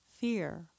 fear